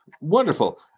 Wonderful